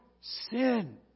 sin